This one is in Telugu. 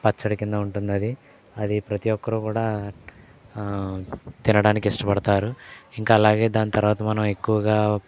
పచ్చడి కింద ఉంటుంది అది అది ప్రతి ఒక్కరూ కూడా తినడానికి ఇష్టపడతారు ఇంక అలాగే దాని తర్వాత మనం ఎక్కువగా